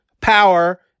power